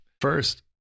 First